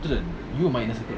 you